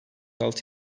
altı